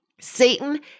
Satan